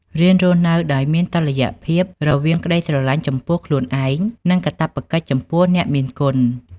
រៀនរស់នៅដោយមានតុល្យភាពរវាង "ក្តីស្រឡាញ់ចំពោះខ្លួនឯង" និង "កាតព្វកិច្ចចំពោះអ្នកមានគុណ"។